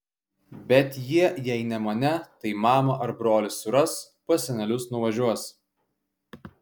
bet jie jei ne mane tai mamą ar brolį suras pas senelius nuvažiuos